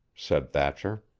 said thatcher.